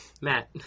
Matt